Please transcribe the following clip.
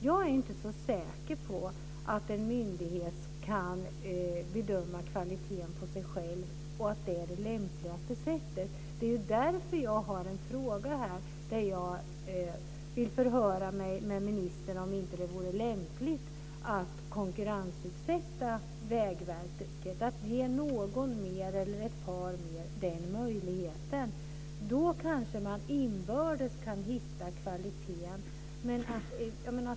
Jag är inte så säker på att en myndighet kan bedöma sin egen kvalitet och att det är det lämpligaste sättet. Det är därför jag vill höra med ministern om det inte vore lämpligt att konkurrensutsätta Vägverket, att ge någon eller ett par mer den möjligheten. Då kanske man inbördes kan höja kvaliteten.